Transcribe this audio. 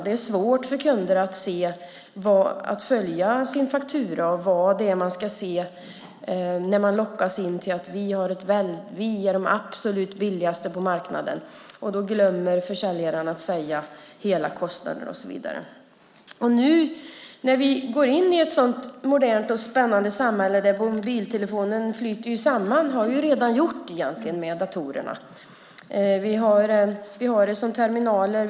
Det är svårt för kunder att följa sin faktura och veta vad det är man ska se på när man lockas av en försäljare som säger: Vi är de absolut billigaste på marknaden. Försäljaren glömmer att tala om hela kostnaden och så vidare. Nu går vi in i ett modernt och spännande samhälle där mobiltelefonen flyter samman med datorerna - det har de egentligen redan gjort. Vi har dem som terminaler.